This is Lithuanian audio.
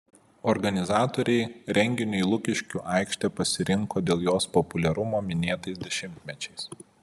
organizatoriai renginiui lukiškių aikštę pasirinko dėl jos populiarumo minėtais dešimtmečiais